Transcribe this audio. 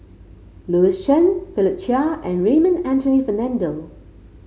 Louis Chen Philip Chia and Raymond Anthony Fernando